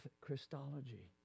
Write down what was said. Christology